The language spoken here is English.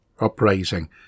uprising